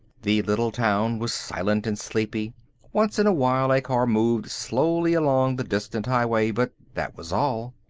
the little town was silent and sleepy once in awhile a car moved slowly along the distant highway, but that was all.